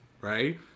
right